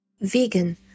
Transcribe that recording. Vegan